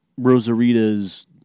Rosarita's